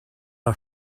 are